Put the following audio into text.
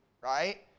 right